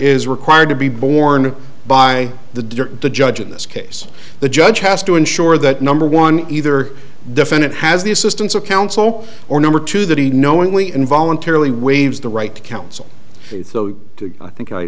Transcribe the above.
is required to be borne by the the judge in this case the judge has to ensure that number one either defendant has the assistance of counsel or number two that he knowingly and voluntarily waives the right to counsel to i think i